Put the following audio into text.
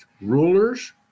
rulers